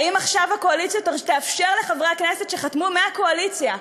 האם עכשיו הקואליציה תאפשר לחברי הכנסת שחתמו מהקואליציה,